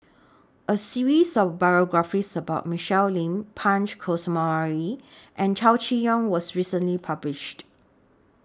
A series of biographies about Michelle Lim Punch Coomaraswamy and Chow Chee Yong was recently published